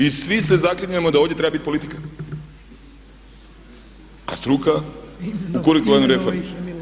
I svi se zaklinjemo da ovdje treba biti politika, a struka u kurikularnoj reformi.